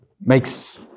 makes